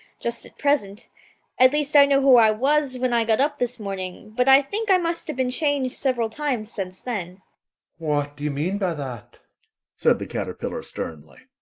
just at present at least i know who i was when i got up this morning, but i think i must have been changed several times since then what do you mean by that said the caterpillar sternly.